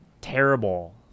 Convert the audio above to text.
terrible